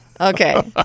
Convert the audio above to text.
okay